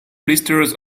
blisters